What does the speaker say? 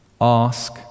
Ask